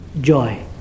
joy